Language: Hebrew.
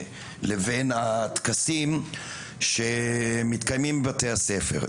לבין הטקסים שמתקיימים בבתי הספר.